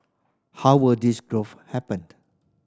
how will this growth happened